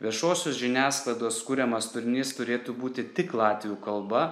viešosios žiniasklaidos kuriamas turinys turėtų būti tik latvių kalba